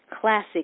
classic